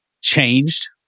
changed